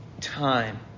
time